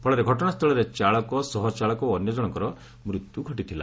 ଫଳରେ ଘଟଣାସ୍ଥଳରେ ଚାଳକ ସହଚାଳକ ଓ ଅନ୍ୟଜଣଙ୍କର ମୃତ୍ୟୁ ଘଟିଥିଲା